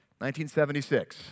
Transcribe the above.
1976